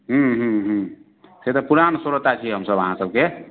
हूँ हूँ हूँ से तऽ पुरान स्रोता छी हमसभ अहाँ सबके